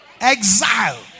Exile